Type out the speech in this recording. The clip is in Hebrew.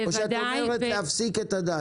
או שאת אומרת שיש להפסיק את הדיג?